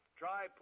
try